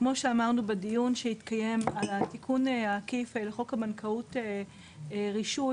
כמו שאמרנו בדיון שהתקיים על התיקון העקיף לחוק הבנקאות (רישוי),